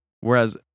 whereas